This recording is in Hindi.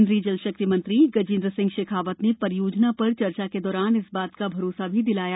केंद्रीय जल शक्ति मंत्री गजेंद्र सिंह शेखावत ने परियोजना पर चर्चा के दौरान इस बात का भरोसा दिलाया